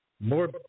more